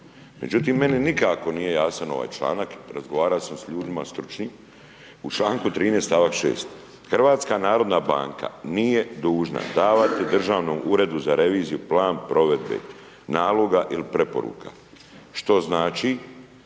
Međutim meni nikako nije jasno ovaj članak, razgovarao sam sa ljudima stručnim, u članku 13. stavak 6., HNB nije dužna davati Državnom uredu za reviziju plan provedbe naloga ili preporuka što znači